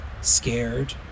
scared